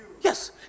Yes